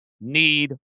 Need